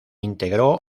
integró